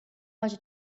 much